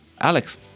Alex